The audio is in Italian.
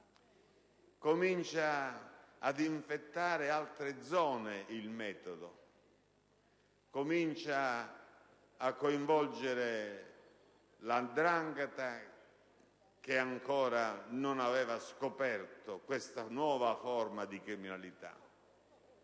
comincia ad infettare altre zone e a coinvolgere la 'ndrangheta, che ancora non aveva scoperto questa nuova forma di criminalità.